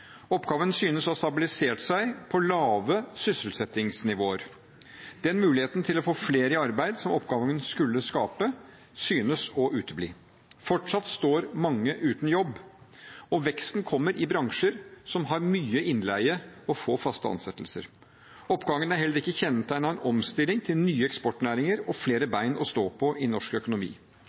synes å ha stabilisert seg på lave sysselsettingsnivåer. Den muligheten til å få flere i arbeid som oppgangen skulle skape, synes å utebli. Fortsatt står mange uten jobb, og veksten kommer i bransjer som har mye innleie og få faste ansettelser. Oppgangen er heller ikke kjennetegnet av en omstilling til nye eksportnæringer og flere bein å stå på i norsk økonomi.